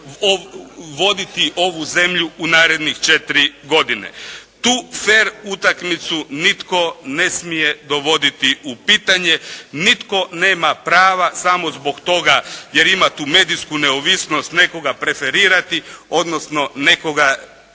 voditi ovu zemlju u narednih 4 godine. Tu fer utakmicu nitko ne smije dovoditi u pitanje, nitko nema pravo samo zbog toga jer ima tu medijsku neovisnost nekoga preferirati, odnosno nekoga